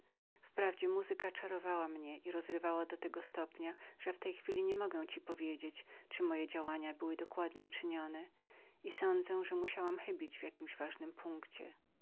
wprawdzie muzyka czarowała mnie i rozrywała do tego stopnia że w tej chwili nie mogę ci powiedzieć czyli moje działania były dokładnie czynione i sądzę że musiałam chybić w jakim ważnym punkcie